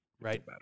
right